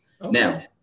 now